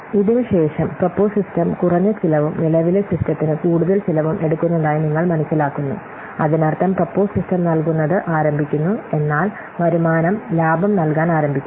ഇതിനുശേഷം propose system കുറഞ്ഞ ചെലവും നിലവിലെ സിസ്റ്റത്തിന് കൂടുതൽ ചെലവും എടുക്കുന്നതായി നിങ്ങൾ മനസ്സിലാക്കുന്നു അതിനർത്ഥം പ്രൊപ്പോസ് സിസ്റ്റം നൽകുന്നത് ആരംഭിക്കുന്നു എന്നാൽ വരുമാനം ലാഭം നൽകാൻ ആരംഭിക്കുന്നു